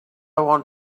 want